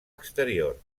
exterior